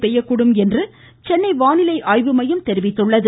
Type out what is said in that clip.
பெய்யக்கூடும் என சென்னை வானிலை கனமழை மையம் தெரிவித்துள்ளது